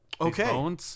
Okay